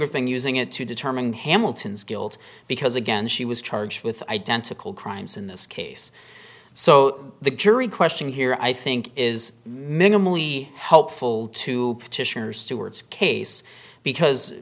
have been using it to determine hamilton's guilt because again she was charged with identical crimes in this case so the jury question here i think is minimally helpful to petition or stewart's case because